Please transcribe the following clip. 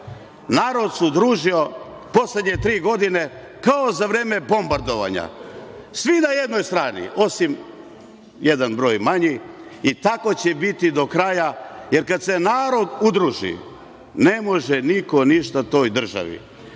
Narod se udružio poslednje tri godine kao za vreme bombardovanja, svi na jednoj strani, osim jedan broj manji i tako će biti do kraja, jer kad se narod udruži, ne može niko ništa toj državi.